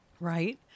Right